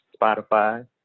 Spotify